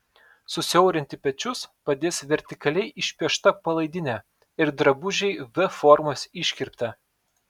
susiaurinti pečius padės vertikaliai išpiešta palaidinė ir drabužiai v formos iškirpte